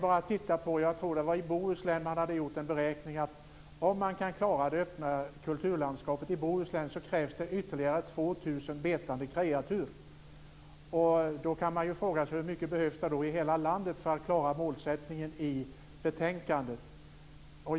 Jag tror att det är i Bohuslän som man har gjort en beräkning att det för att man ska klara det öppna kulturlandskapet där krävs ytterligare 2 000 betande kreatur. Man kan då fråga sig hur mycket det behövs i hela landet för att klara målsättningen i betänkandet.